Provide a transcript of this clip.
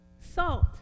Salt